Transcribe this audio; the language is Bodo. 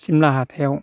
सिमला हाथायाव